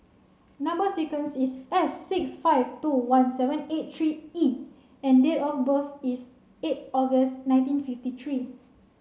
number sequence is S six five two one seven eight three E and date of birth is eight August nineteen fifty three